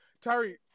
Tyree